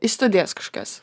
į studijas kažkokias